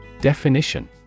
Definition